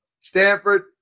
Stanford